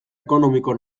ekonomiko